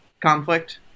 conflict